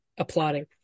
applauding